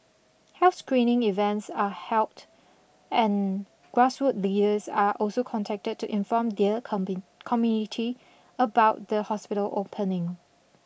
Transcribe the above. health screening events are held and grassroots leaders are also contacted to inform their comping community about the hospital opening